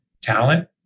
talent